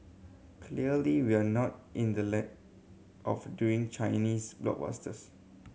clearly we're not in the of doing Chinese blockbusters